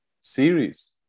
series